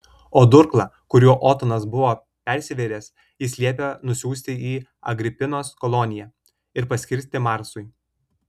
o durklą kuriuo otonas buvo persivėręs jis liepė nusiųsti į agripinos koloniją ir paskirti marsui